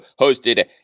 hosted